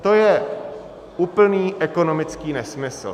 To je úplný ekonomický nesmysl.